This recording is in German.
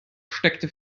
steckte